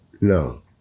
No